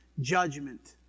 judgment